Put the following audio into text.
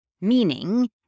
meaning